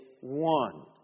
One